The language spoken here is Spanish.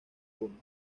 uno